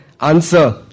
answer